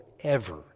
forever